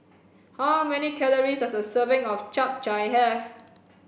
how many calories does a serving of chap chai have